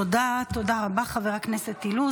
תודה רבה, חבר הכנסת אילוז.